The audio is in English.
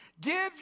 give